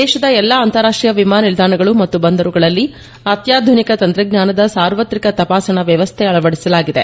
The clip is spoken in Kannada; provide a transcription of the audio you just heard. ದೇಶದ ಎಲ್ಲಾ ಅಂತಾರಾಷ್ಟೀಯ ವಿಮಾನ ನಿಲ್ದಾಣಗಳು ಮತ್ತು ಬಂದರುಗಳಲ್ಲಿ ಅತ್ಯಾಧುನಿಕ ತಂತ್ರಜ್ಞಾನದ ಸಾರ್ವತ್ರಿಕ ತಪಾಸಣಾ ವ್ಯವಸ್ಥೆ ಅಳವದಿಸಲಾಗಿದೆ